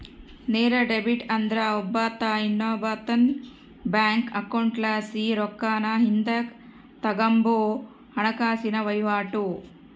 ನೇರ ಡೆಬಿಟ್ ಅಂದ್ರ ಒಬ್ಬಾತ ಇನ್ನೊಬ್ಬಾತುನ್ ಬ್ಯಾಂಕ್ ಅಕೌಂಟ್ಲಾಸಿ ರೊಕ್ಕಾನ ಹಿಂದುಕ್ ತಗಂಬೋ ಹಣಕಾಸಿನ ವಹಿವಾಟು